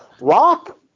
Rock